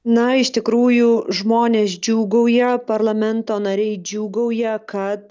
na iš tikrųjų žmonės džiūgauja parlamento nariai džiūgauja kad